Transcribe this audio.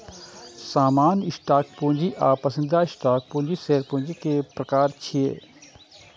सामान्य स्टॉक पूंजी आ पसंदीदा स्टॉक पूंजी शेयर पूंजी के प्रकार छियै